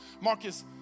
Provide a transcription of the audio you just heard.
Marcus